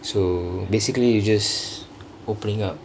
so basically you just openingk up